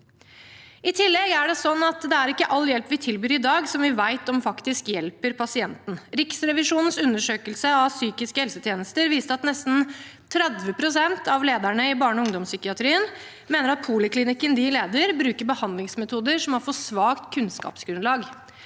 at vi ikke vet om all hjelp vi tilbyr i dag, faktisk hjelper pasienten. Riksrevisjonens undersøkelse av psykiske helsetjenester viste at nesten 30 pst. av lederne i barne- og ungdomspsykiatrien mener at poliklinikken de leder, bruker behandlingsmetoder som har for svakt kunnskapsgrunnlag.